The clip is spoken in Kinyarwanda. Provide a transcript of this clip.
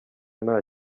nta